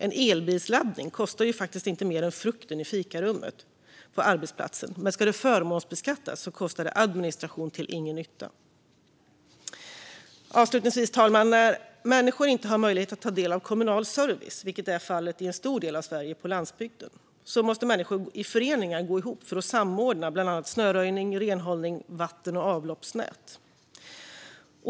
En elbilsladdning kostar inte mer än frukten i fikarummet på arbetsplatsen, men ska de förmånsbeskattas kostar det administration till ingen nytta. Avslutningsvis, fru talman: När människor inte har möjlighet att ta del av kommunal service, vilket är fallet på landsbygden i en stor del av Sverige, måste de gå ihop i föreningar för att samordna bland annat snöröjning, renhållning och vatten och avloppsnät.